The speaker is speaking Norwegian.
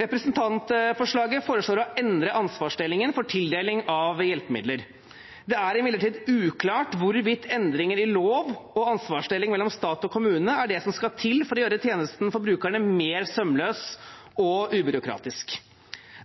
Representantforslaget foreslår å endre ansvarsdelingen for tildeling av hjelpemidler. Det er imidlertid uklart hvorvidt endringer i lov og ansvarsdeling mellom stat og kommune er det som skal til for å gjøre tjenesten for brukerne mer sømløs og ubyråkratisk.